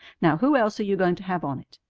now, who else are you going to have on it?